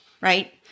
right